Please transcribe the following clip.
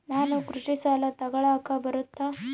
ನಾನು ಕೃಷಿ ಸಾಲ ತಗಳಕ ಬರುತ್ತಾ?